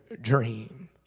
dream